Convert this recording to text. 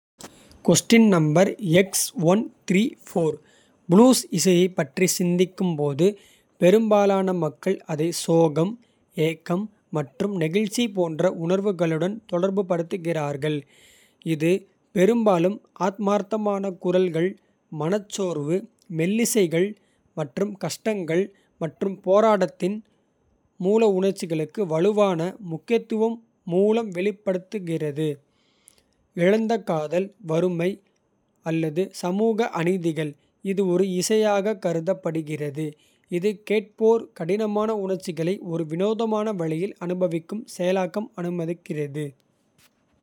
ப்ளூஸ் இசையைப் பற்றி சிந்திக்கும் போது. ​​பெரும்பாலான மக்கள் அதை சோகம் ஏக்கம் மற்றும். நெகிழ்ச்சி போன்ற உணர்வுகளுடன் தொடர்புபடுத்துகிறார்கள். இது பெரும்பாலும் ஆத்மார்த்தமான குரல்கள். மனச்சோர்வு மெல்லிசைகள் மற்றும் கஷ்டங்கள் மற்றும். போராட்டத்தின் மூல உணர்ச்சிகளுக்கு வலுவான. முக்கியத்துவம் மூலம் வெளிப்படுத்தப்படுகிறது. இழந்த காதல் வறுமை அல்லது சமூக அநீதிகள். இது ஒரு இசையாகக் கருதப்படுகிறது இது கேட்போர். கடினமான உணர்ச்சிகளை ஒரு வினோதமான வழியில். அனுபவிக்கவும் செயலாக்கவும் அனுமதிக்கிறது.